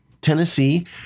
Tennessee